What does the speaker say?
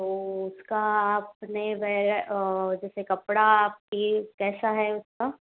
तो उसका आपने वह जैसे कपड़ा पीस कैसा है उसका